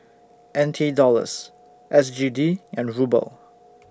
N T Dollars S G D and Ruble